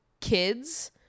kids